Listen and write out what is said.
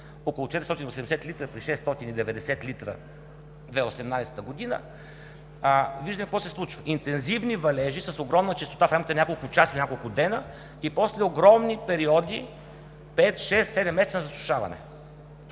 около 480 литра при 690 литра в 2018 г. Виждаме какво се случва – интензивни валежи с огромна честота в рамките на няколко часа за няколко дена и после огромни периоди – пет, шест, седем месеца на засушаване.